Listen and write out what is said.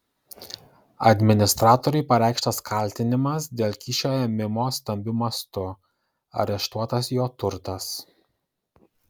administratoriui pareikštas kaltinimas dėl kyšio ėmimo stambiu mastu areštuotas jo turtas